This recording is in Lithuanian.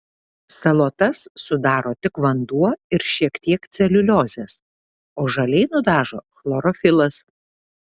salotas sudaro tik vanduo ir šiek tiek celiuliozės o žaliai nudažo chlorofilas